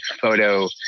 photo